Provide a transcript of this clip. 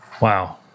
Wow